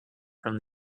from